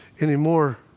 anymore